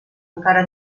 encara